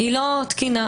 אינו תקין.